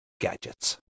gadgets